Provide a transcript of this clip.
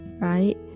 right